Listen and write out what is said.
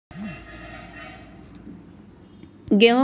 गेंहू के एक फसल में यूरिया केतना बार डाले के होई?